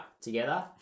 together